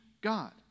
God